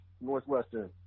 Northwestern